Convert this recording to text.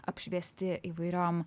apšviesti įvairiom